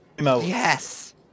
Yes